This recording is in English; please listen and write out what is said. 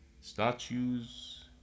statues